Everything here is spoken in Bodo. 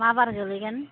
मा बार गोग्लैगोन